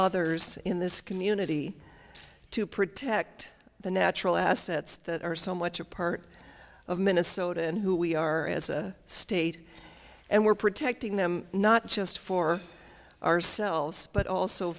others in this community to protect the natural assets that are so much a part of minnesota and who we are as a state and we're protecting them not just for ourselves but also